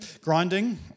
grinding